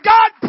God